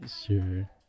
Sure